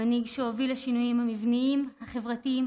המנהיג שהוביל לשינויים המבניים החברתיים